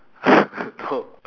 no